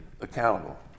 accountable